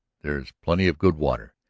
there's plenty of good water.